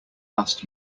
last